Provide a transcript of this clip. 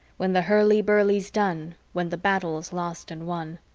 when the hurlyburly's done. when the battle's lost and won.